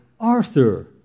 Arthur